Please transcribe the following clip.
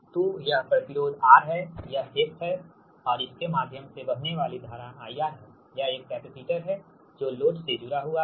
तो यह प्रतिरोध R है यह X है और इसके माध्यम से बहने वाली धारा IR है यह एक कैपेसिटर है जो लोड से जुड़ा हुआ है